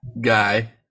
guy